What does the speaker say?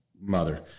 mother